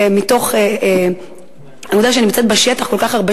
מתוך זה שאני נמצאת בשטח כל כך הרבה